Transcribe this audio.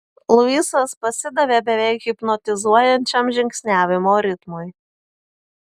luisas pasidavė beveik hipnotizuojančiam žingsniavimo ritmui